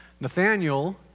Nathaniel